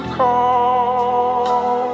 call